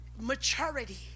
maturity